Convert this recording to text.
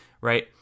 right